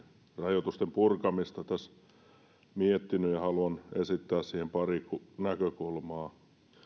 rajoitusten purkamista olen tässä miettinyt ja haluan esittää siihen pari näkökulmaa